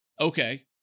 okay